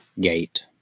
gate